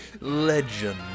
Legend